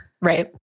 Right